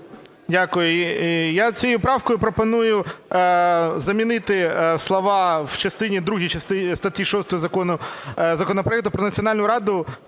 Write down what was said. Дякую. Я цією правкою пропоную замінити слова в частині другій статті 6 законопроекту про Національну раду